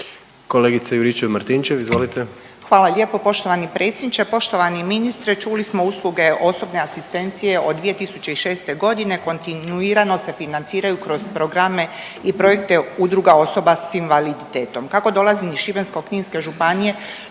**Juričev-Martinčev, Branka (HDZ)** Hvala lijepo poštovani predsjedniče. Poštovani ministre, čuli smo usluge osobne asistencije od 2006.g. kontinuirano se financiraju kroz programe i projekte udruga osobe s invaliditetom, kako dolazim iz Šibensko-kninske županije